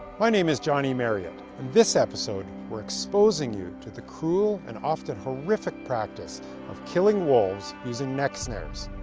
my name is john e. marriott, and this episode, we're exposing you to the cruel and often horrific practice of killing wolves, using neck snares.